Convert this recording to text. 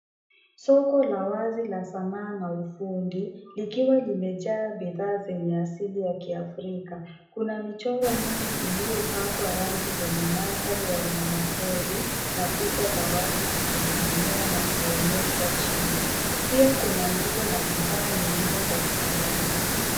Soko la wazi la sanaa na ufundi likiwa limejaa bidha zenye asili ya kiafrika. Kuna michoro mingi iliyopakwa rangi zenye mandhari ya wanyama pori na picha za watu zikining'inia na kuonyeshwa chini, pia kuna nguo na bidhaa nyingine za kitamaduni.